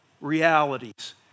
realities